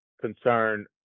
concern